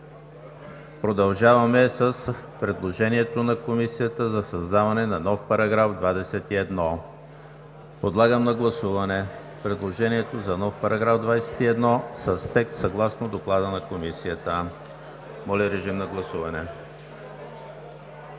Продължаваме с предложението на Комисията за създаване на нов § 21. Подлагам на гласуване предложението за нов § 21 с текст съгласно Доклада на Комисията. Гласували